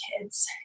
kids